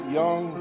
young